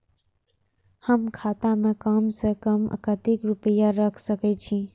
हम खाता में कम से कम कतेक रुपया रख सके छिए?